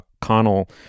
Connell